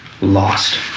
lost